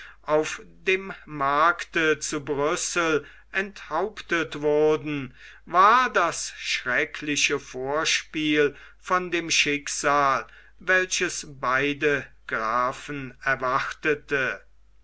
auf dem markte zu brüssel enthauptet wurden war das schreckliche vorspiel von dem schicksal welches beide grafen erwartete